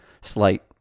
slight